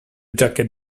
jacket